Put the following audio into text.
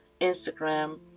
Instagram